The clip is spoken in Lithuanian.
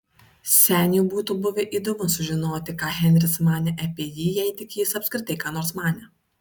seniui būtų buvę įdomu sužinoti ką henris manė apie jį jei tik jis apskritai ką nors manė